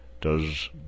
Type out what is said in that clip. Does